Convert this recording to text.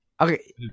Okay